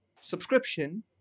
subscription